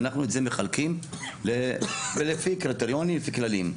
ואנחנו את זה מחלקים לפי קריטריונים, לפי כללים.